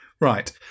Right